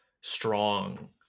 strong